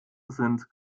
sind